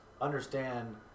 understand